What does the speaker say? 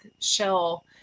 Shell